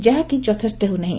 ଯାହାକି ଯଥେଷ୍ ହେଉନାହି